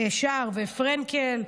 שער ופרנקל.